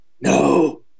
No